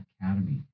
Academy